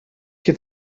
gen